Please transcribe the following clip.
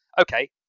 okay